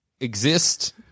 exist